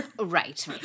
Right